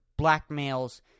blackmails